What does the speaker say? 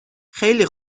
خیلی